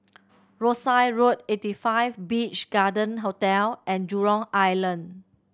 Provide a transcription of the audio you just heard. Rosyth Road Eighty Five Beach Garden Hotel and Jurong Island